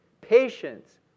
Patience